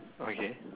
okay